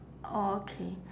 orh okay